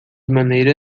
maneira